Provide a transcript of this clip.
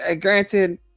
granted